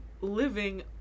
living